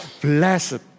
blessed